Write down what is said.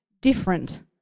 different